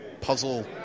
puzzle